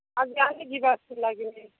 ଆଜି ଆଣି ନି ଯିବା ଆସି ଲାଗିଲେ